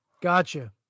Gotcha